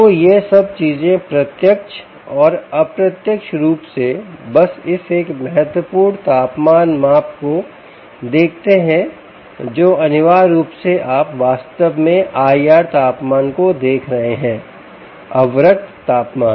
तो यह सब चीजें प्रत्यक्ष और अप्रत्यक्ष रूप से बस इस एक महत्वपूर्ण तापमान माप को देखते हैं जो अनिवार्य रूप से आप वास्तव में IR तापमान को देख रहे हैं अवरक्त तापमान